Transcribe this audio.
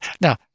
Now